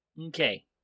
Okay